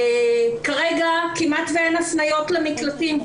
כרגע כמעט ואין הפניות למקלטים,